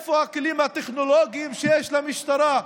איפה הכלים הטכנולוגיים שיש למשטרה?